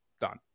done